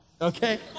Okay